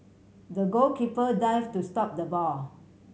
the goalkeeper dive to stop the ball